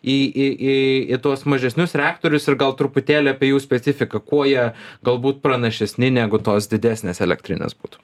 į į į tuos mažesnius reaktorius ir gal truputėlį apie jų specifiką kuo jie galbūt pranašesni negu tos didesnės elektrinės būtų